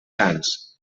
sants